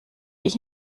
ich